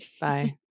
Bye